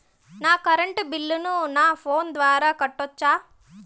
నా కరెంటు బిల్లును నా ఫోను ద్వారా కట్టొచ్చా?